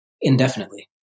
indefinitely